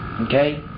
Okay